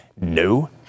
No